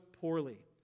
poorly